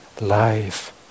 life